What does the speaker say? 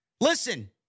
Listen